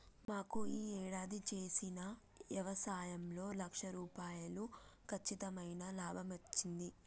మాకు యీ యేడాది చేసిన యవసాయంలో లక్ష రూపాయలు కచ్చితమైన లాభమచ్చింది